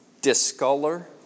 discolor